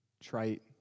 trite